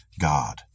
God